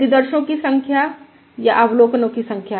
प्रतिदर्शो की संख्या या अवलोकनों की संख्या